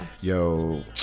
yo